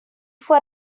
fue